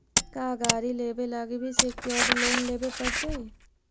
का गाड़ी लेबे लागी भी सेक्योर्ड लोन लेबे पड़तई?